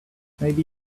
maybe